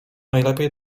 najlepiej